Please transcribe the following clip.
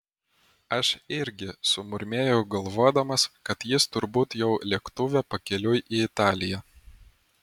aš irgi sumurmėjau galvodamas kad jis turbūt jau lėktuve pakeliui į italiją